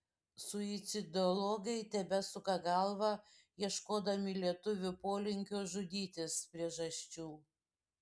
suicidologai tebesuka galvą ieškodami lietuvių polinkio žudytis priežasčių